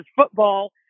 football